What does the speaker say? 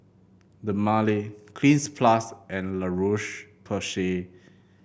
Dermale Cleanz Plus and La Roche Porsay